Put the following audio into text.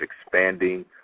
expanding